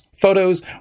photos